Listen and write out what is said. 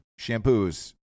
shampoos